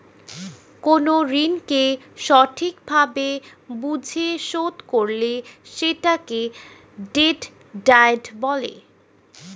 কোন ঋণকে সঠিক ভাবে বুঝে শোধ করলে সেটাকে ডেট ডায়েট বলে